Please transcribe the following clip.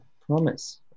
promise